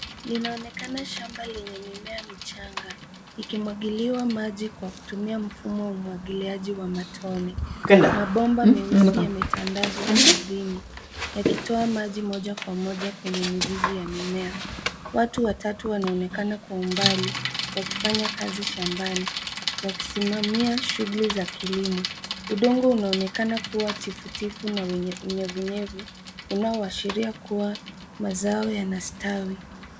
Linaonekana shamba lenye mimea michanga ikimwagiliwa maji kwa kutumia mfumo umwagiliaji wa matone. Mabomba meusi yametandazwa ardhini yakitoa maji moja kwa moja kwenye mizizi ya mimea. Watu watatu wanaonekana kwa umbali wakifanya kazi shambani wakisimamia shughuli za kilimo. Udongo unaonekana kuwa tifutifu na wenye unyavunyevu unaoashiria kuwa mazao yanastawi.